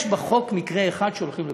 יש בחוק מקרה אחד שהולכים לבחירות.